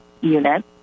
unit